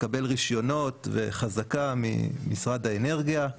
מקבל רישיונות וחזקה ממשרד האנרגיה;